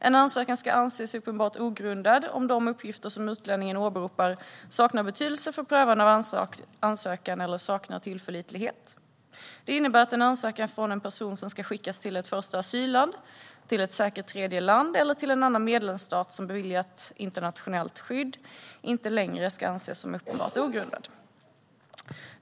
En ansökan ska anses uppenbart ogrundad om de uppgifter som utlänningen åberopar saknar betydelse för prövningen av ansökan eller saknar tillförlitlighet. Det innebär att en ansökan från en person som kan skickas till ett första asylland, till ett säkert tredjeland eller till en annan medlemsstat som beviljat internationellt skydd inte längre ska anses som uppenbart ogrundad.